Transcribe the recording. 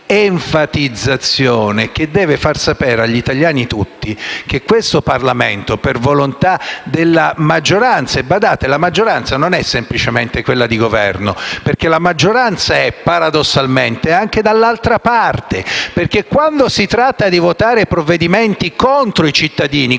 la maggioranza - paradossalmente - è anche dall'altra parte. Infatti, quando si tratta di votare provvedimenti contro i cittadini